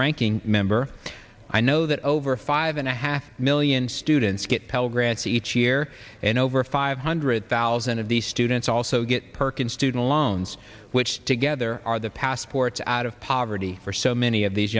ranking member i know that over five and a half million students get pell grants each year and over five hundred thousand of these students also get perkin student loans which together are the passports out of poverty for so many of these